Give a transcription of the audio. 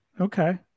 Okay